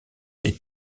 des